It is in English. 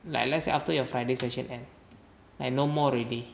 like let's say after your friday session end and no more already